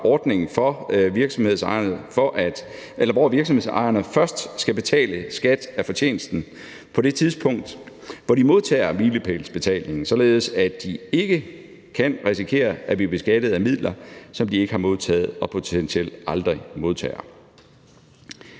ordning for virksomhedsejerne, hvor virksomhedsejere først skal betale skat af fortjenesten på det tidspunkt, hvor de modtager milepælsbetalingen, således at de ikke kan risikere at blive beskattet af midler, som de ikke har modtaget og potentielt aldrig modtager.